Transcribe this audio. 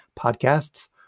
podcasts